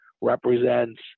represents